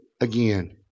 again